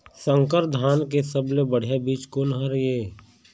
संकर धान के सबले बढ़िया बीज कोन हर ये?